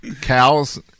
cows